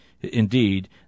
indeed